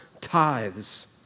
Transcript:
tithes